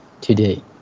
today